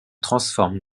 transforme